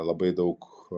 labai daug